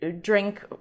drink